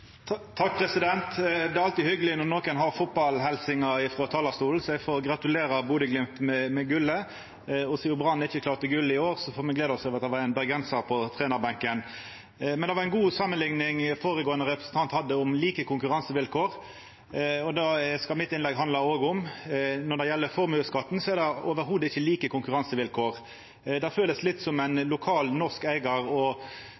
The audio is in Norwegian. alltid hyggjeleg når nokon har fotballhelsingar frå talarstolen, så eg får gratulera Bodø/Glimt med gullet. Og sidan Brann ikkje klarte gullet i år, får me gleda oss over at det var ein bergensar på trenarbenken. Det var ei god samanlikning føregåande representant hadde om like konkurransevilkår. Det skal innlegget mitt òg handla om. Når det gjeld formuesskatten, er det absolutt ikkje like konkurransevilkår. Det kjennest litt som